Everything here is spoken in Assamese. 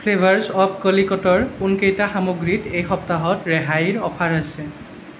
ফ্লেভাৰছ অৱ কলিকটৰ কোনকেইটা সামগ্ৰীত এই সপ্তাহত ৰেহাইৰ অফাৰ আছে